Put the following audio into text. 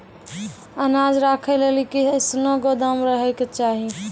अनाज राखै लेली कैसनौ गोदाम रहै के चाही?